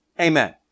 Amen